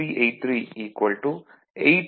383 88